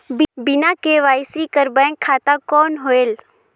बिना के.वाई.सी कर बैंक खाता कौन होएल?